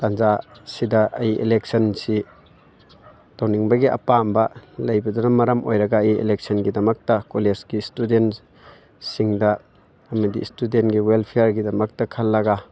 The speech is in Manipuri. ꯇꯟꯖꯥꯁꯤꯗ ꯑꯩ ꯏꯂꯦꯛꯁꯟꯁꯤ ꯇꯧꯅꯤꯡꯕꯒꯤ ꯑꯄꯥꯝꯕ ꯂꯩꯕꯗꯨꯅ ꯃꯔꯝ ꯑꯣꯏꯔꯒ ꯑꯩ ꯏꯂꯦꯛꯁꯟꯒꯤꯗꯃꯛꯇ ꯀꯣꯂꯦꯖꯀꯤ ꯏꯁꯇꯨꯗꯦꯟꯁꯤꯡꯗ ꯑꯃꯗꯤ ꯏꯁꯇꯨꯗꯦꯟꯒꯤ ꯋꯦꯜꯐꯤꯌꯥꯔꯒꯤꯗꯃꯛꯇ ꯈꯜꯂꯒ